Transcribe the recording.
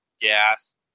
gas